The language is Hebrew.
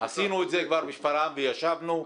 עשינו את זה כבר בשפרעם וישבנו.